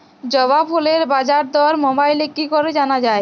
জবা ফুলের বাজার দর মোবাইলে কি করে জানা যায়?